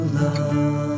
love